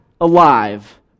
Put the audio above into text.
alive